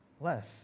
less